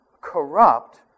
corrupt